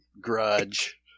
grudge